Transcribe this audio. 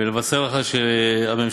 ולבשר לך שהממשלה,